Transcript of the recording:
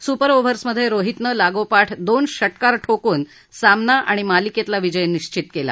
super ओव्हर्समधे रोहितनं लागोपाठ दोन षट्कार ठोकून सामना आणि मालिकेतला विजय निश्चित केला